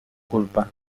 culpa